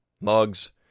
Mugs